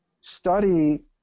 study